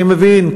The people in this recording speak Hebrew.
אני מבין,